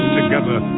together